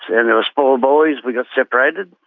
and as small boys we got separated.